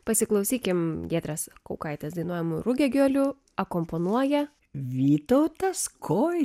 pasiklausykime giedrės kaukaitės dainuojamų rugiagėlių akompanuoja vytautas kojų